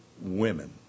women